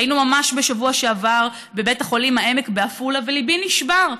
היינו ממש בשבוע שעבר בבית חולים העמק בעפולה וליבי נשבר.